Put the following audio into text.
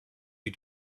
you